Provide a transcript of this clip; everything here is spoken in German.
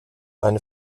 eine